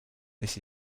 this